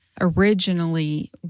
originally